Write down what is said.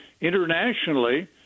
internationally